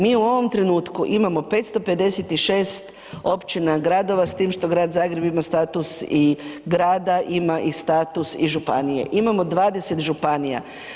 Mi u ovom trenutku imamo 556 općina, gradova, s tim što Grad Zagreb ima status i grada, ima i status i županije imamo 20 županija.